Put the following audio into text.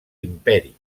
imperi